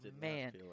man